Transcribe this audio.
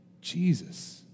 Jesus